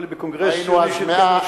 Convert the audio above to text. נדמה לי בקונגרס ב-1937,